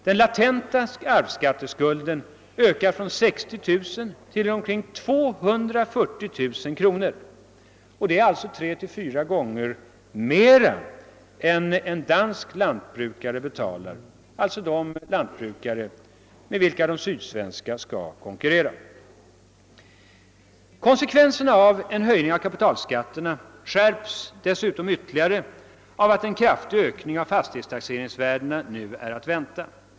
Den latenta arvsskatteskulden ökar från 60 000 kronor till omkring 240 000 kro nor; det är alltså 3—4 gånger mer än en dansk lantbrukare betalar, alltså de lantbrukare med vilka de sydsvenska skall konkurrera. Konsekvenserna av en höjning av kapitalskatten skärps dessutom ytterligare av att en kraftig ökning av fastighetstaxeringsvärdena nu är att vänta.